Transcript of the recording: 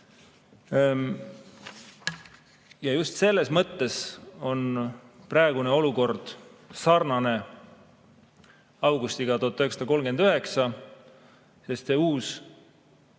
just selles mõttes on praegune olukord sarnane augustiga 1939, sest uus